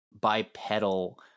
bipedal